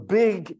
big